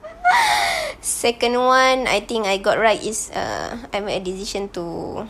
second one I think I got right is err I made a decision to